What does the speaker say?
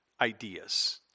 ideas